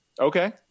Okay